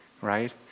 right